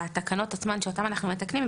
בתקנות עצמן שאותן אנחנו מתקנים,